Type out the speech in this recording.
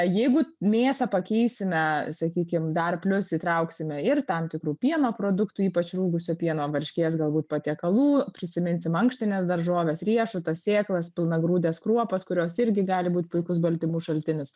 jeigu mėsą pakeisime sakykim dar plius įtrauksime ir tam tikrų pieno produktų ypač rūgusio pieno varškės galbūt patiekalų prisiminsim ankštines daržoves riešutą sėklas pilnagrūdes kruopas kurios irgi gali būti puikus baltymų šaltinis